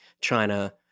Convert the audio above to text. China